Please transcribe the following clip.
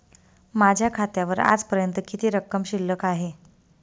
माझ्या खात्यावर आजपर्यंत किती रक्कम शिल्लक आहे?